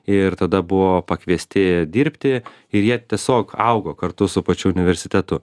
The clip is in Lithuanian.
ir tada buvo pakviesti dirbti ir jie tiesiog augo kartu su pačiu universitetu